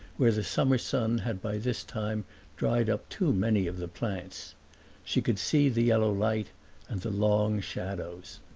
where the summer sun had by this time dried up too many of the plants she could see the yellow light and the long shadows.